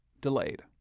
delayed